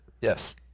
Yes